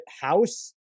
House